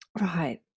Right